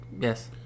Yes